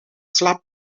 slap